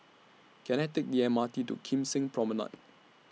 Can I Take The M R T to Kim Seng Promenade